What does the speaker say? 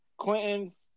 Clintons